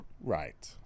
Right